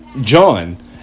John